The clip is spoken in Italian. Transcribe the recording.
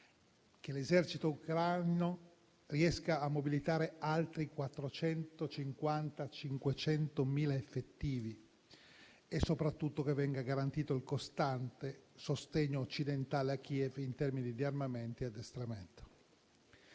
che l'esercito ucraino riesca a mobilitare altri 450-500.000 effettivi e soprattutto che venga garantito il costante sostegno occidentale a Kiev in termini di armamenti e addestramento.